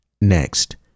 next